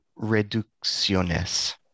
reducciones